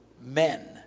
men